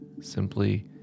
simply